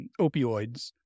opioids